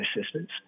assistance